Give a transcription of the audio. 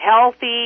healthy